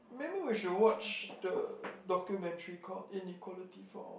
maybe we should watch the documentary called inequality for all